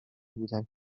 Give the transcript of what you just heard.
بودم